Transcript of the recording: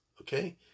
Okay